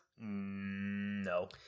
No